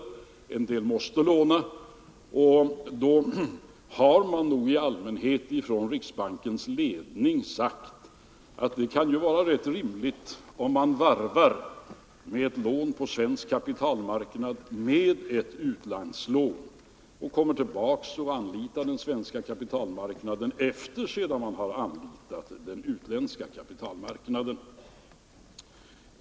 Men en del företag måste låna, och då har riksbankens ledning i allmänhet sagt att det är rimligt att man varvar ett lån på svensk kapitalmarknad med ett utlandslån och sedan kommer tillbaka och anlitar den svenska kapitalmarknaden efter det att man har anlitat den utländska kapitalmarknaden.